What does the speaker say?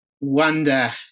Wonder